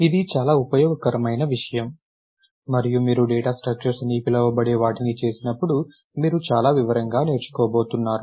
ఇది చాలా ఉపయోగకరమైన విషయం మరియు మీరు డేటా స్ట్రక్చర్స్ అని పిలవబడే వాటిని చేసినప్పుడు మీరు చాలా వివరంగా నేర్చుకోబోతున్నారు